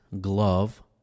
glove